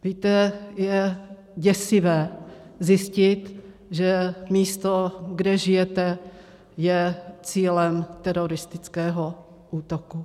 Víte, je děsivé zjistit, že místo, kde žijete, je cílem teroristického útoku.